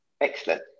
Excellent